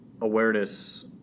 awareness